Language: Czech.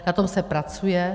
Na tom se pracuje.